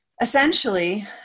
essentially